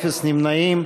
אפס נמנעים.